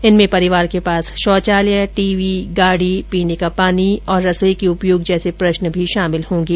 इनमें परिवार के पास शौचालय टीवी गाडी पीने का पानी और रसोई के उपयोग जैसे प्रश्न भी शामिल होंगे